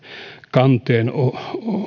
kanteennosto